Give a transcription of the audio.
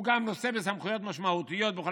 הוא גם "נושא בסמכויות משמעותיות בכל